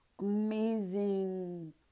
amazing